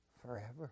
forever